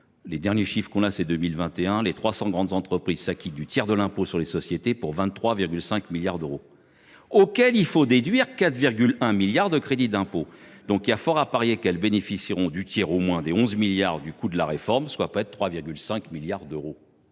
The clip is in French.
les derniers chiffres de 2021, les 300 plus grandes entreprises s’acquittent du tiers de l’impôt sur les sociétés, pour 23,5 milliards d’euros, desquels il faut déduire 4,1 milliards de crédits d’impôt. Il y a donc fort à parier qu’elles bénéficieront du tiers au moins des 11 milliards du coût de la réforme, soit près de 3,5 milliards d’euros.